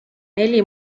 neli